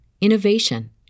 innovation